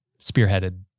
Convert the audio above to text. spearheaded